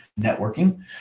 networking